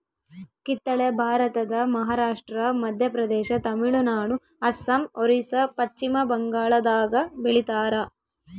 ಕಿತ್ತಳೆ ಭಾರತದ ಮಹಾರಾಷ್ಟ್ರ ಮಧ್ಯಪ್ರದೇಶ ತಮಿಳುನಾಡು ಅಸ್ಸಾಂ ಒರಿಸ್ಸಾ ಪಚ್ಚಿಮಬಂಗಾಳದಾಗ ಬೆಳಿತಾರ